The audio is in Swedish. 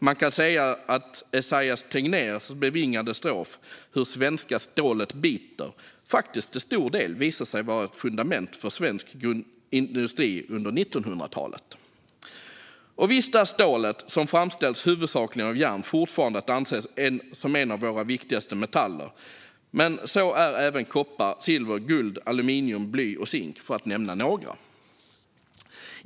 Man kan säga att Esaias Tegnérs bevingade strof - Hur svenska stålet biter - faktiskt till stor del visade sig vara ett fundament för svensk industri under 1900-talet. Och visst är stålet, som framställs huvudsakligen av järn, fortfarande att anse som en av våra viktigaste metaller. Men så är även koppar, silver, guld, aluminium, bly och zink, för att nämna några.